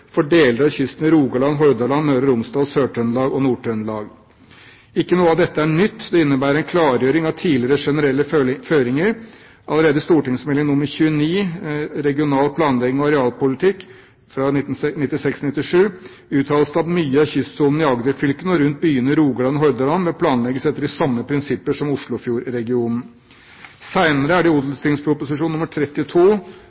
for deler av kysten i Rogaland, Hordaland, Møre og Romsdal, Sør-Trøndelag og Nord-Trøndelag. Ikke noe av dette er nytt. Det innebærer en klargjøring av tidligere generelle føringer. Allerede i St.meld. nr. 29 for 1996–1997, Regional planlegging og arealpolitikk, uttales det at mye av kystsonen i Agder-fylkene og rundt byene i Rogaland og Hordaland må planlegges etter de samme prinsipper som Oslofjordregionen. Senere er det